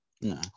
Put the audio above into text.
No